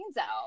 out